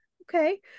Okay